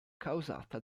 causata